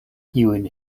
kiujn